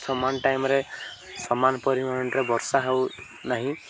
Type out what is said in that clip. ସମାନ ଟାଇମ୍ରେ ସମାନ ପରିମାଣରେ ବର୍ଷା ହେଉ ନାହିଁ